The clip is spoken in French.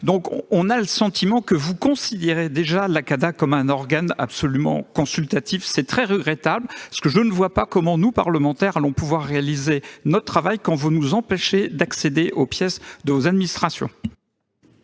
Nous avons le sentiment que vous considérez déjà la CADA comme un organe totalement consultatif. C'est très regrettable. Je ne vois pas comment nous, parlementaires, allons pouvoir effectuer notre travail si l'on nous empêche d'accéder aux pièces des administrations.